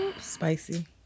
spicy